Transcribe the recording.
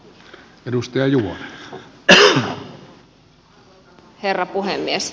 arvoisa herra puhemies